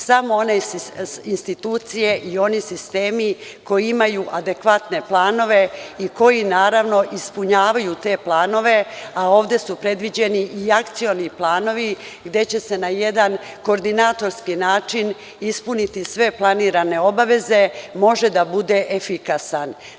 Samo one institucije i oni sistemi koji imaju adekvatne planove i koji naravno ispunjavaju te planove, a ovde su predviđeni i akcioni planovi gde će se na jedan koordinatorski način ispuniti sve planirane obaveze, može da bude efikasan.